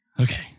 okay